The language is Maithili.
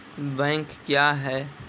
बैंक क्या हैं?